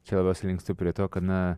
čia labiausiai linkstu prie to kad na